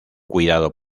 cuidado